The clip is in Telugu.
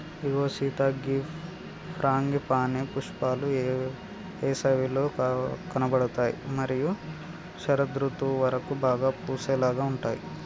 ఇగో సీత గీ ఫ్రాంగిపానీ పుష్పాలు ఏసవిలో కనబడుతాయి మరియు శరదృతువు వరకు బాగా పూసేలాగా ఉంటాయి